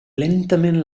lentament